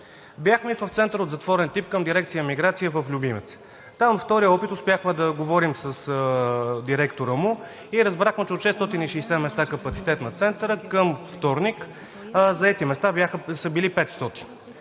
Бяхме и в Център от затворен тип към дирекция „Миграция“ в Любимец. Там от втория опит успяхме да говорим с директора и разбрахме, че от 660 места капацитет на Центъра към вторник, заетите места са били 500.